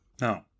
No